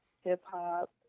hip-hop